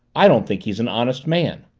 i don't think he's an honest man.